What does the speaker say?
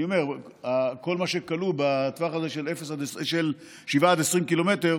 אני אומר, כל מה שכלול בטווח הזה של 7 20 קילומטר,